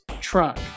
trunk